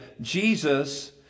Jesus